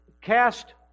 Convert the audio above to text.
cast